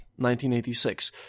1986